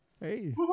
Hey